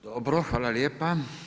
Dobro, hvala lijepo.